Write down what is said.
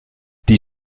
die